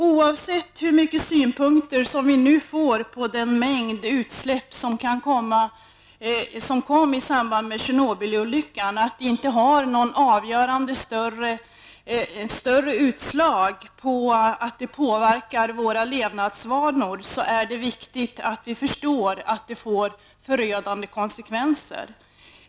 Oavsett de synpunkter som framfördes i samband med Tjernobylolyckan och som fortfarande framförs om att nedfallet från olyckan inte behöver påverka våra levnadsvanor är det viktigt att vi förstår att en sådan olycka får förödande konsekvenser.